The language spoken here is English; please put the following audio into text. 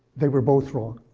they were both wrong.